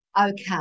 Okay